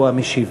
הוא המשיב.